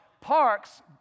Parks